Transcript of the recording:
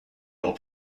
are